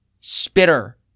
spitter